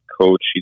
coach